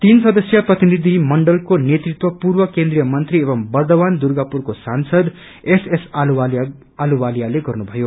तीन सदस्यीय प्रतिनिधिमण्डलको नेतृत्व पूर्व केन्द्रिय मंत्री एवं बर्द्वमान दुर्गापुरको सांसद एस एस अहलुवालियले गर्नु भयो